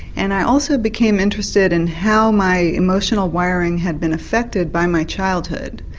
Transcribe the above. and i also became interested in how my emotional wiring had been affected by my childhood.